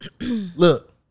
Look